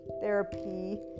therapy